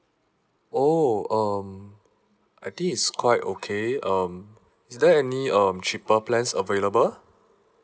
oh um I think it's quite okay um is there any um cheaper plans available